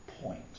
point